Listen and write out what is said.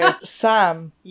Sam